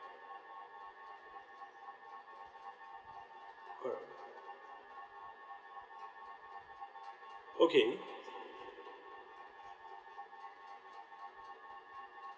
cor~ okay